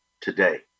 today